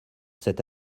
cette